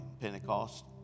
Pentecost